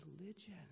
religion